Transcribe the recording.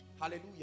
Hallelujah